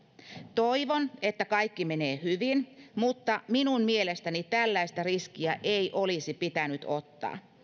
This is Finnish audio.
toivon että kaikki menee hyvin mutta minun mielestäni tällaista riskiä ei olisi pitänyt ottaa